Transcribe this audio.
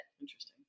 Interesting